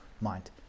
mind